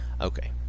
Okay